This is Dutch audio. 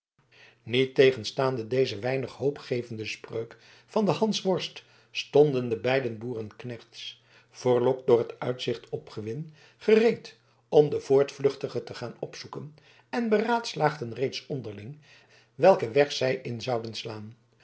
niettegenstaande deze weinig hoopgevende spreuk van den hansworst stonden de beide boerenknechts verlokt door het uitzicht op gewin gereed om de voortvluchtige te gaan opzoeken en beraadslaagden reeds onderling welken weg zij in zouden slaan